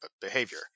behavior